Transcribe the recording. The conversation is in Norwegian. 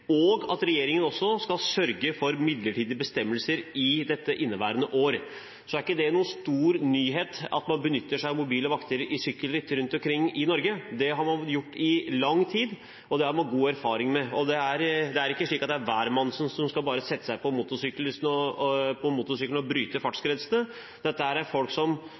og at regjeringen også skal sørge for midlertidige bestemmelser inneværende år. Så er det ikke noen stor nyhet at man benytter seg av mobile vakter i sykkelritt rundt omkring i Norge. Det har man gjort i lang tid, og det har man god erfaring med. Det er ikke slik at det er hvermannsen som skal sette seg på en motorsykkel og bryte fartsgrensene. Dette er folk som